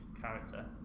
character